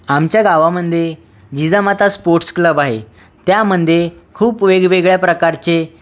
आमच्या गावामध्ये Jijamata sports club आहे त्यामध्ये खूप वेगवेगळ्या प्रकारचे